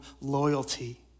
loyalty